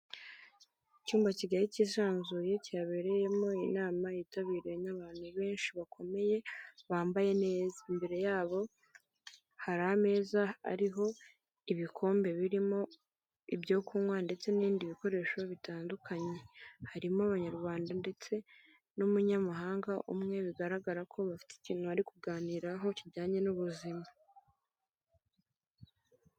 Icyumba kigali cyisanzuye cyabereyemo inama yitabiriwe n'abantu benshi bakomeye bambaye neza. Imbere yabo hari ameza ariho ibikombe birimo ibyo kunywa ndetse n'ibindi bikoresho bitandukanye. Harimo abanyarwanda ndetse n'umunyamahanga umwe, bigaragara ko bafite ikintu bari kuganiraho kijyanye n'ubuzima.